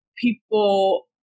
people